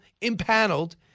impaneled